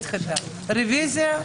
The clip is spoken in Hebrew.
רביזיה,